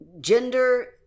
gender